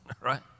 Right